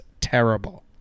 terrible